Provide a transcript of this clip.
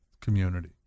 community